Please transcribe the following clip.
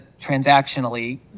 transactionally